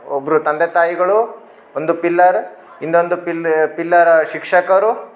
ಒಬ್ಬರು ತಂದೆ ತಾಯಿಗಳು ಒಂದು ಪಿಲ್ಲರ್ ಇನ್ನೊಂದು ಪಿಲ್ ಪಿಲ್ಲರ್ ಶಿಕ್ಷಕರು